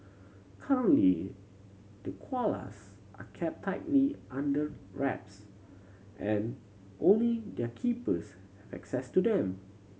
currently the koalas are kept tightly under wraps and only their keepers access to them